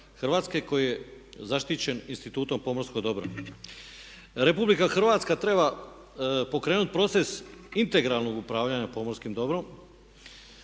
Hrvatske koji je zaštićen institutom pomorskog dobra. Republika Hrvatska treba pokrenuti proces integralnog upravljanja pomorskim dobrom